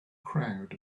crowd